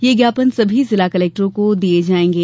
यह ज्ञापन सभी जिला कलेक्टर को दिये जायेंगे